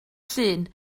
llun